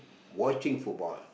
watching football